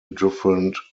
different